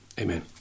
Amen